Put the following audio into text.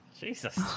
Jesus